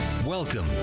Welcome